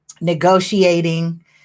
negotiating